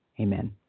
Amen